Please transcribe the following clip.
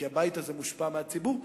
כי הבית הזה מושפע מהציבור,